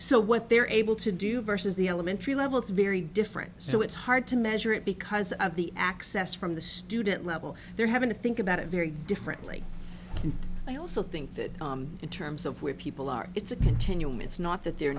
so what they're able to do versus the elementary level is very different so it's hard to measure it because of the access from the student level they're having to think about it very differently and i also think that in terms of where people are it's a continuum it's not that they're